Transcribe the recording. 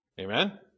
Amen